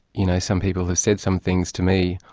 you know, some people have said some things to me,